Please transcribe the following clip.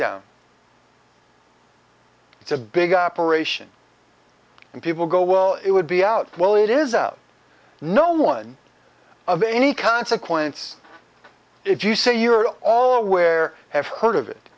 down it's a big operation and people go well it would be out well it is out no one of any consequence if you say you're all aware have heard of it